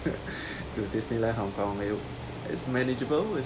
to disneyland hong kong it'll is manageable